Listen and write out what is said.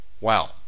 Wow